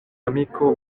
amiko